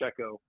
Checo